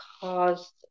caused